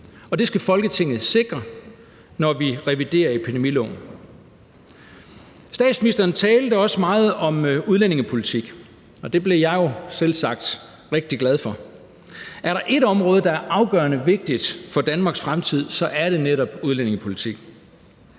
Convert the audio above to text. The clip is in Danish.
det skal Folketinget sikre, når vi reviderer epidemiloven. Statsministeren talte også meget om udlændingepolitik, og det blev jeg jo selvsagt rigtig glad for. Er der ét område, der er afgørende vigtigt for Danmarks fremtid, er det netop udlændingepolitik.